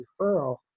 referral